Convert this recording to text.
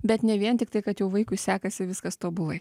bet ne vien tiktai kad jau vaikui sekasi viskas tobulai